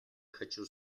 хочу